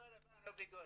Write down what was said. אותו דבר נובי גוד,